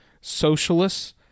Socialists